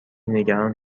نگران